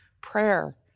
prayer